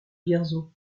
vierzon